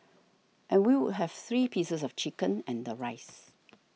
and we would have three pieces of chicken and the rice